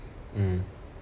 mm